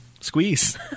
squeeze